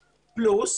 פלוס,